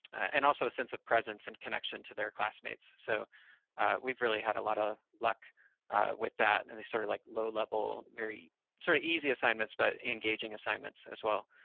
and also a sense of presence and connection to their classmates, so we've really a lot of luck with that, and they sort of like low level very sort of easy assignments but engaging assignments as well,